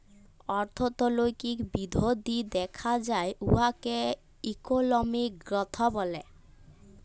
অথ্থলৈতিক বিধ্ধি দ্যাখা যায় উয়াকে ইকলমিক গ্রথ ব্যলে